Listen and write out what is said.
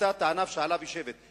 לכריתת הענף שעליו היא יושבת.